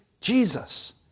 Jesus